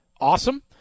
awesome